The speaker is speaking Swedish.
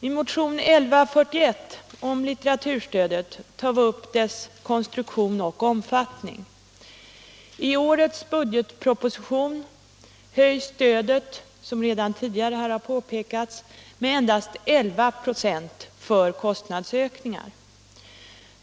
I motion 1141 om litteraturstödet tar vi upp dess konstruktion och omfattning. I årets budgetproposition höjs stödet, som redan tidigare har påpekats, med endast 11 96 för kostnadsökningar.